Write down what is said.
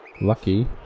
Lucky